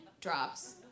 drops